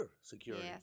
security